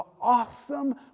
awesome